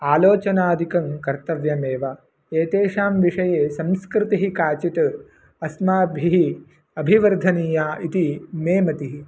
आलोचनादिकङ्कर्तव्यमेव एतेषां विषये संस्कृतिः काचित् अस्माभिः अभिवर्धनीया इति मे मतिः